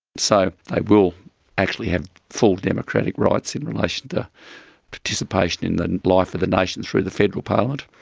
so they will actually have full democratic rights in relation to participation in the life of the nation through the federal parliament,